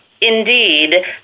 Indeed